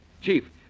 Chief